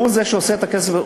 שהוא שעושה את הכסף,